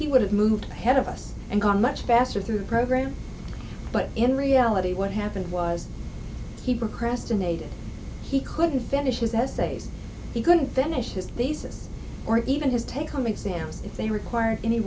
he would have moved ahead of us and gone much faster through the program but in reality what happened was he procrastinated he couldn't finish his essays he couldn't finish his thesis or even his take home exams if they required any